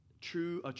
true